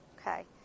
Okay